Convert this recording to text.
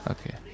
Okay